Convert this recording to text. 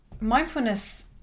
mindfulness